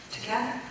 together